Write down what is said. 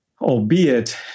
Albeit